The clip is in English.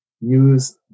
use